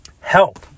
Help